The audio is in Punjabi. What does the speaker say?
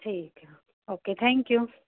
ਠੀਕ ਹੈ ਓਕੇ ਥੈਂਕ ਯੂ